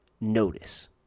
notice